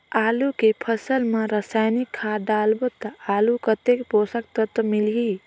आलू के फसल मा रसायनिक खाद डालबो ता आलू कतेक पोषक तत्व मिलही?